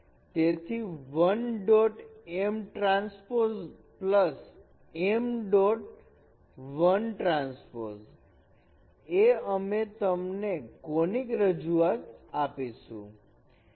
તેથી 1 dot m transpose plus m dot 1 transpose એ અમે તમને કોનીક રજૂઆત આપીશું